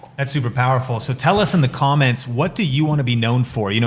that's super powerful. so, tell us in the comments, what do you wanna be known for? you know